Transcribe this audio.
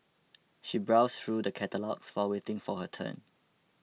she browsed through the catalogues while waiting for her turn